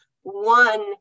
one